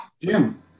Jim